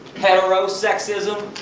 heterosexism.